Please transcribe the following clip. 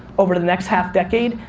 over the next half-decade,